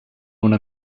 una